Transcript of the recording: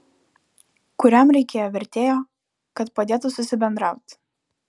kuriam reikėjo vertėjo kad padėtų susibendraut